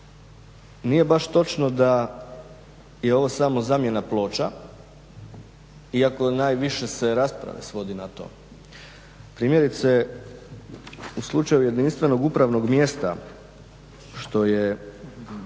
Nije baš točno da je ovo samo zamjena ploča, iako najviše se rasprave svodi na to. Primjerice u slučaju jedinstvenog upravnog mjesta što je